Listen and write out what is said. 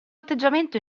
atteggiamento